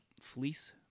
fleece